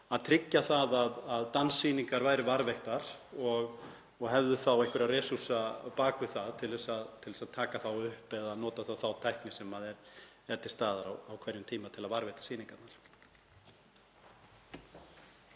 að tryggja að danssýningar væru varðveittar og hefðu þá einhverja „resorsa“ á bak við það til að taka upp eða nota þá tækni sem er til staðar á hverjum tíma til að varðveita sýningarnar.